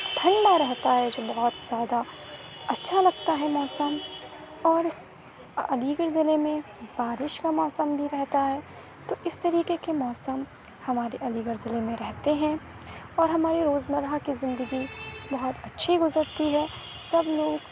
ٹھنڈا رہتا ہے جو بہت زیادہ اچھا لگتا ہے موسم اور اس علی گڑھ ضلع میں بارش کا موسم بھی رہتا ہے تو اس طریقے کے موسم ہمارے علی گڑھ ضلع میں رہتے ہیں اور ہمارے روزمرہ کی زندگی بہت اچھی گزرتی ہے سب لوگ